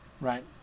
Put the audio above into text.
right